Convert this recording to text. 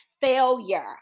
failure